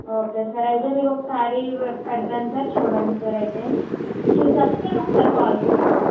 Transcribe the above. okay sir అయితే మీకు ఒకసారి పెడతాను సార్ చూడండి సార్ అయితేని చూశాక మీరు ఒకసారి కాల్ చేయండి సార్